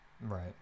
Right